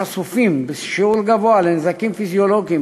החשופים בשיעור גבוה לנזקים פיזיולוגיים,